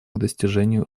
достижению